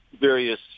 various